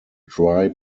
dry